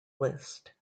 list